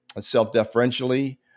self-deferentially